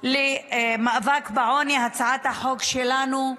למאבק בעוני, הצעת החוק שלנו,